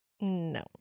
No